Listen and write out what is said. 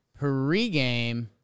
pregame